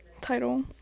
title